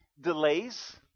Delays